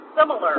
similar